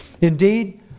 Indeed